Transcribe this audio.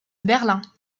berlin